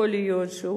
יכול להיות שהוא